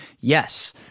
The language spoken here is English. yes